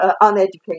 uneducated